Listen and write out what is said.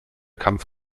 kampf